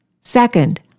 Second